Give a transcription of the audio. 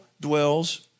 dwells